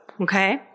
Okay